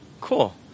Cool